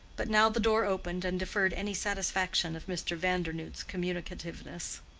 but now the door opened and deferred any satisfaction of mr. vandernoodt's communicativeness.